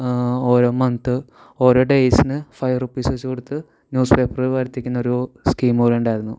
ഓരോ മന്ത് ഓരോ ഡെയ്സിന് ഫൈവ് റുപ്പീസ് വെച്ചു കൊടുത്ത് ന്യൂസ് പേപ്പർ വരുത്തിക്കുന്ന ഒരു സ്കീം പോലെ ഉണ്ടായിരുന്നു